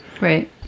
Right